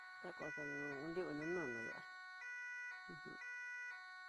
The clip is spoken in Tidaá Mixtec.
No koto nriuno nuna ndá ujun.